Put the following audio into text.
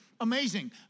amazing